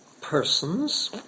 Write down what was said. persons